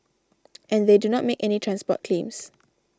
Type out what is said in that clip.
and they do not make any transport claims